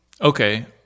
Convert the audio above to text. okay